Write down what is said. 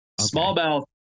Smallmouth